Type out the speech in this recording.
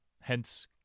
Hence